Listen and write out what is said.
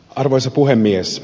arvoisa puhemies